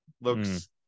looks